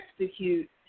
execute